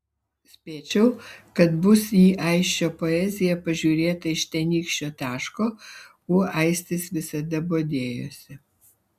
spėčiau kad bus į aisčio poeziją pažiūrėta iš tenykščio taško kuo aistis visada bodėjosi